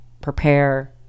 prepare